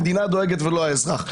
המדינה דואגת ולא האזרח.